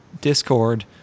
Discord